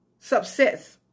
subsets